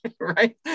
right